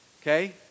Okay